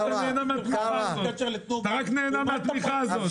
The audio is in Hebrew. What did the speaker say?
אתה רק נהנה מהתמיכה הזאת.